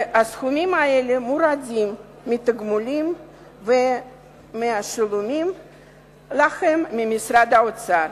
והסכומים האלה מורדים מהתגמולים המשולמים להם ממשרד האוצר.